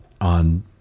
on